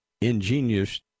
ingenious